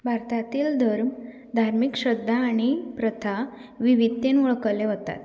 भारतातील धर्म धार्मीक श्रद्धा आनी प्रथा विविधतेन वळखले वतात